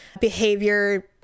behavior